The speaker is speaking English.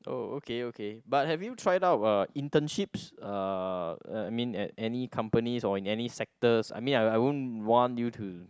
oh okay okay but have you tried out uh internships uh I mean at any companies or in any sectors I mean I I won't want you to